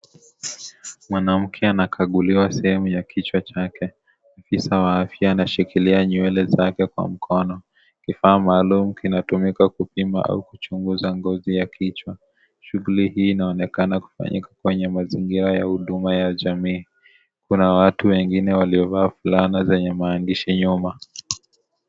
Mwanamke anakaguliwa sehemu ya kichwa chake ,ofisa wa afya anashikilia nywele zake kwa mkono, kifaa maalum kinatumika kupima au kuchunguza ngozi ya kichwa shughuli hii inaonekana kufanyika kwenye mazingira ya huduma ya jamii kuna watu wengine waliivaa fulana zenye maandishi nyuma.